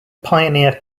pioneer